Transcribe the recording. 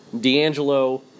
D'Angelo